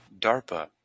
DARPA